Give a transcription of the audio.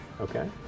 Okay